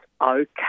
okay